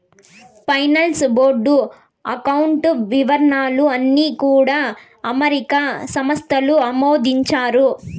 finance board account వివరాలు అన్నీ కూడా అమెరికా సంస్థలు ఆమోదించాయి